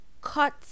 Cut